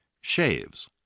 shaves